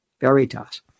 Veritas